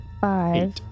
five